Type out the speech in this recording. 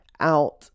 out